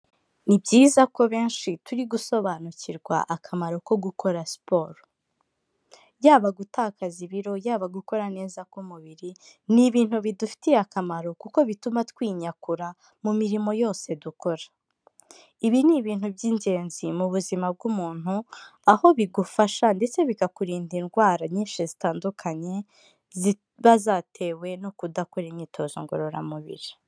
Ni byiza ko benshi turi gusobanukirwa akamaro ko gukora siporo. Yaba gutakaza ibiro, yaba gukora neza k'umubiri, ni ibintu bidufitiye akamaro kuko bituma twinyakura mu mirimo yose dukora. Ibi ni ibintu by'ingenzi mu buzima bw'umuntu, aho bigufasha ndetse bikakurinda indwara nyinshi zitandukanye, ziba zatewe no kudakora imyitozo ngororamubiri.